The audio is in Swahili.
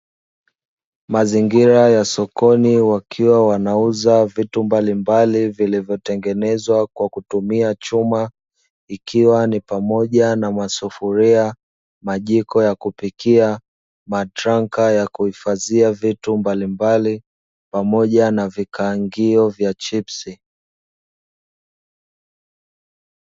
Mazingira ya sokoni wakiwa wanauza vitu mbalimbali, vilivyotengenezwa kwa kutumia chuma; ikiwa ni pamoja na masufuria majiko ya kupikia matranka ya kuhifadhia vitu mbalimbali pamoja na vikaangio vya chipsi.